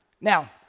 Now